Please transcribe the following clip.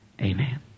Amen